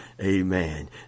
Amen